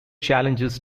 challenges